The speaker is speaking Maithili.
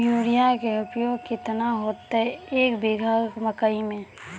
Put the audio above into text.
यूरिया के उपयोग केतना होइतै, एक बीघा मकई मे?